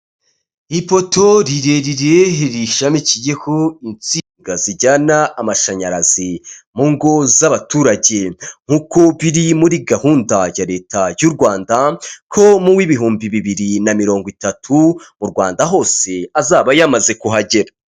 Ipoto rirerire rishamikiyeho insinga zijyana amashanyarazi mu ngo z'abaturage nk'uko biri muri gahunda ya leta y'u Rwanda ko mu w'ibihumbi bibiri na mirongo itatu mu Rwanda hose azaba yamaze kuhagera.